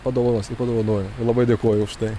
padovanos ir padovanojo labai dėkoju už tai